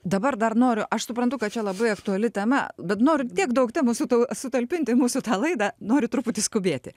dabar dar noriu aš suprantu kad čia labai aktuali tema bet noriu tiek daug temų su sutalpinti į mūsų tą laidą noriu truputį skubėti